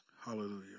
hallelujah